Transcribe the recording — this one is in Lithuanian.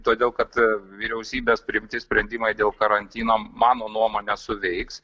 todėl kad vyriausybės priimti sprendimai dėl karantino mano nuomone suveiks